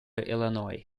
illinois